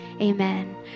amen